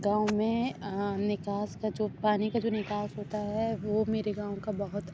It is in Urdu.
گاؤں میں نکاس کا جو پانی کا جو نکاس ہوتا ہے وہ میرے گاؤں کا بہت